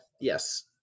yes